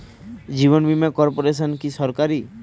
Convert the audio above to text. জীবন বীমা কর্পোরেশন কি সরকারি?